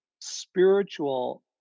spiritual